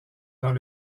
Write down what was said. dans